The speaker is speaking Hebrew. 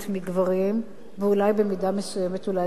ואולי במידה מסוימת גם עולות על חלק מהם.